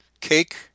cake